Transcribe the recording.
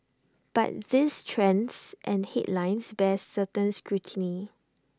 but these trends and headlines bear scrutiny